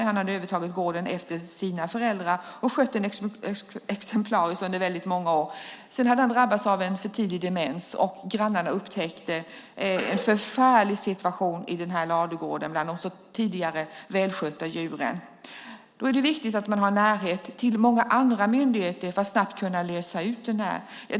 Han hade övertagit gården efter sina föräldrar och skött den exemplariskt under väldigt många år. Sedan drabbades han av en tidig demens, och grannarna upptäckte en förfärlig situation i ladugården bland de tidigare så välskötta djuren. Då är det viktigt att man har närhet till många andra myndigheter för att snabbt kunna lösa ut situationen.